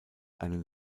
einen